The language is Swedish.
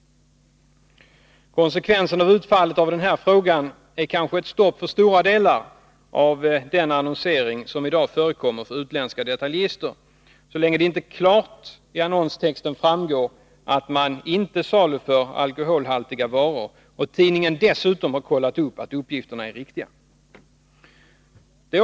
Konsekvensen av utfallet av detta ärende är kanske ett stopp för stora delar av den annonsering som i dag förekommer för utländska detaljister. Det krävs att det i annonstexten klart framgår att man inte saluför alkoholhaltiga varor, och tidningen måste dessutom ha kollat att uppgifterna är riktiga.